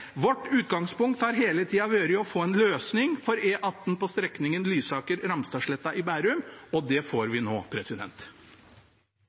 Vårt utgangspunkt har hele tida vært å få en løsning for E18 på strekningen Lysaker–Ramstadsletta i Bærum, og det får